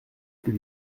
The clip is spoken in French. plus